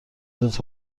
جات